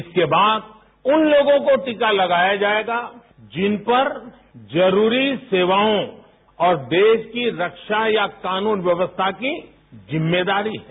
इसके बाद उन लोगों को टीका लगाया जाएगा जिन पर जरूरी सेवाओं और देश की रक्षा या कानून व्यवस्था की जिम्मेदारी है